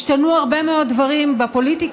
השתנו הרבה מאוד דברים בפוליטיקה,